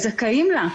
זכאים לה.